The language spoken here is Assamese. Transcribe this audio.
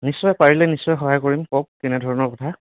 নিশ্চয় পাৰিলে নিশ্চয় সহায় কৰিম কওক কেনেধৰণৰ কথা